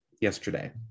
yesterday